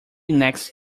next